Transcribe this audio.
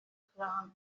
mashyirahamwe